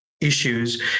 issues